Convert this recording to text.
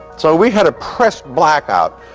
so we had a press blackout.